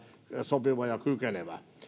sopiva ja kykenevä